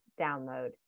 download